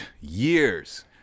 years